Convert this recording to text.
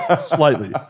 Slightly